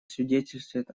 свидетельствует